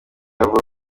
bavuga